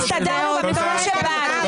טלי, הסתדרנו גם לפני שבאת.